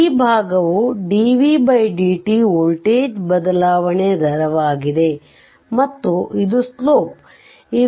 ಈ ಭಾಗವು dvdt voltage ಬದಲಾವಣೆಯ ದರವಾಗಿದೆ ಮತ್ತು ಇದು ಸ್ಲೋಪ್ c